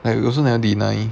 like we also never deny